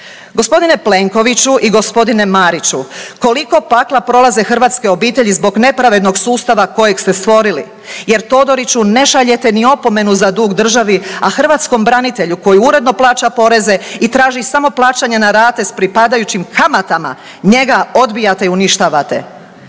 Gospodine Plenkoviću i gospodine Mariću koliko pakla prolaze hrvatske obitelji zbog nepravednog sustava kojeg ste stvorili? Jer Todoriću ne šaljete ni opomenu za dug državi, a hrvatskom branitelju koji uredno plaća poreze i traži samo plaćanje na rate s pripadajućim kamatama njega odbijate i uništavate.